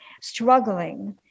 struggling